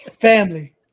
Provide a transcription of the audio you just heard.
Family